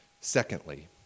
Secondly